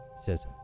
says